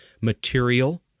material